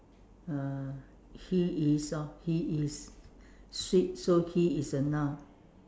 uh he is orh he is sweet so he is a noun